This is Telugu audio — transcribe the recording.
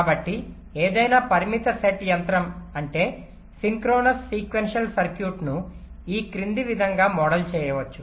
కాబట్టి ఏదైనా పరిమిత సెట్ యంత్రం అంటే సింక్రోనస్ సీక్వెన్షియల్ సర్క్యూట్ను ఈ క్రింది విధంగా మోడల్ చేయవచ్చు